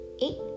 eight